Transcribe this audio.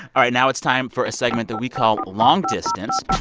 all right. now it's time for a segment that we call long distance.